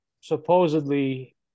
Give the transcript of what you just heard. supposedly